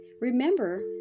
Remember